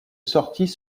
sorties